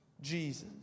Jesus